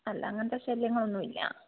അല്ല അങ്ങനത്തെ ശല്യങ്ങളൊന്നും ഇല്ല